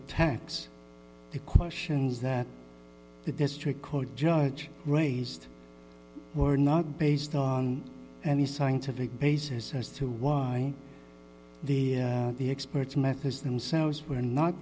attacks the questions that the district court judge raised or not based on any scientific basis as to why the experts methods themselves were not